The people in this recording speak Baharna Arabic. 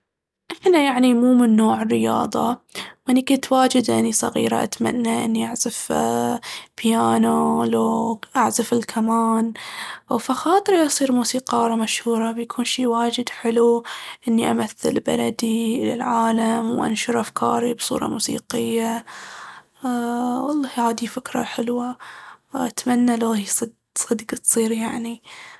إحنا يعني مو من نوع الرياضة. أني كنت واجد وأني صغيرة اتمنى إني أعزف بيانو لو أعزف الكمان. فخاطري أصير موسيقارة مشهورة، بيكون شي واجد حلو إني امثل بلدي للعالم وانشر افكاري بصورة موسيقية. والله هاذي فكرة حلوة واتمنى لو صدق تصير يعني.